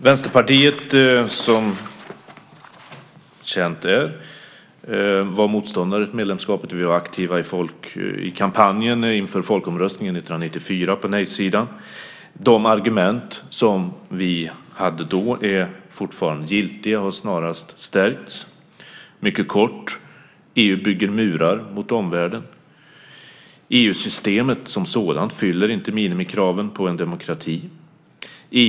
Vänsterpartiet var, som känt är, motståndare till medlemskapet. Vi var aktiva i kampanjen inför folkomröstningen 1994 på nej-sidan. De argument som vi hade då är fortfarande giltiga och har snarast stärkts. De är, mycket kort: EU bygger murar mot omvärlden. EU-systemet som sådant fyller inte minimikraven på en demokrati.